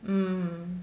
mm